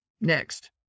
next